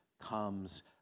comes